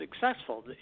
successful